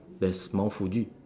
that's mount Fuji